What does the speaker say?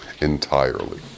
entirely